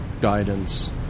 guidance